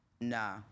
Nah